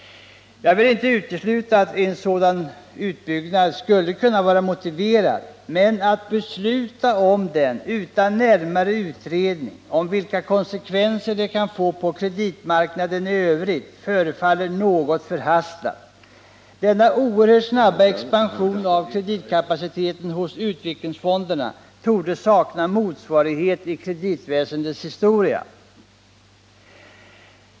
Jag vill inte utesluta att en sådan utbyggnad skulle kunna vara motiverad, men att besluta om den utan närmare utredning om vilka konsekvenser det kan få på kreditmarknaden i övrigt förefaller något förhastat. Denna oerhört snabba expansion av kreditkapaciteten hos utvecklingsfonderna torde sakna motsvarighet i kreditväsendets historia.